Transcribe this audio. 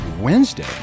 Wednesday